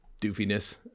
doofiness